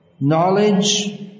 Knowledge